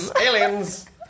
aliens